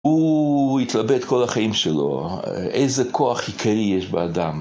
הוא התלבט כל החיים שלו, איזה כוח עיקרי יש באדם